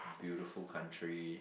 beautiful country